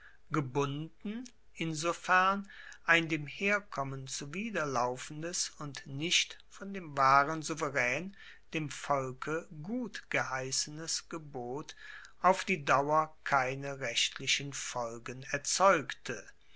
gebunden insofern ein dem herkommen zuwiderlaufendes und nicht von dem wahren souveraen dem volke gutgeheissenes gebot auf die dauer keine rechtlichen folgen erzeugte